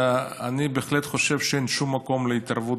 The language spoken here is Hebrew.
אני בהחלט חושב שאין שום מקום להתערבות